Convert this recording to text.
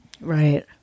right